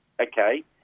Okay